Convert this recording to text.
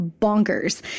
bonkers